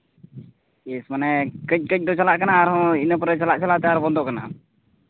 ᱛᱤᱥ ᱠᱟᱹᱡ ᱠᱟᱹᱡ ᱫᱚ ᱪᱟᱞᱟᱜ ᱠᱟᱱᱟ ᱟᱨᱦᱚᱸ ᱤᱱᱟᱹ ᱯᱚᱨᱮ ᱪᱟᱞᱟᱜ ᱪᱟᱞᱟᱜ ᱛᱮ ᱵᱚᱱᱫᱚᱜ ᱠᱟᱱᱟ